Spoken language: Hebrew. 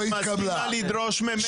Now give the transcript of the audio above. את מסכימה לדרוש ממנה